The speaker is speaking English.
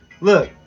Look